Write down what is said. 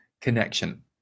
connection